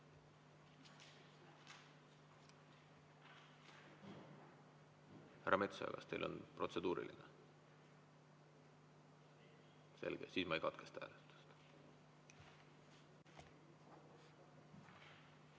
Metsoja, kas teil on protseduuriline? Selge, siis ma ei katkesta hääletamist.